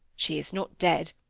she is not dead,